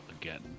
again